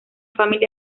family